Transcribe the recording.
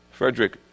Frederick